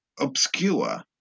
obscure